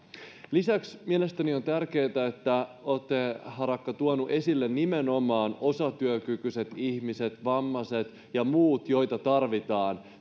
lisäksi mielestäni on tärkeätä että olette harakka tuonut esille nimenomaan osatyökykyiset ihmiset vammaiset ja muut joita tarvitaan